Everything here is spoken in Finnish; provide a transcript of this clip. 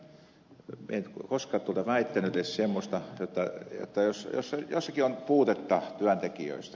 minä en ole koskaan väittänyt edes semmoista jotta jos jossakin on puutetta työntekijöistä